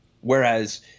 whereas